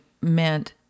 meant